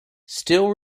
still